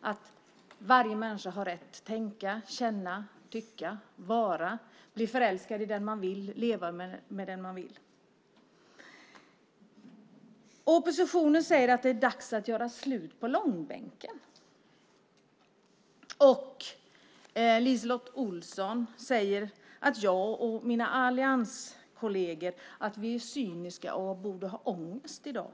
att varje människa har rätt att tänka, känna, tycka, vara, bli förälskad i den man vill och leva med den man vill. Oppositionen säger att det är dags att göra slut på långbänken. LiseLotte Olsson säger att jag och mina allianskolleger är cyniska och borde ha ångest i dag.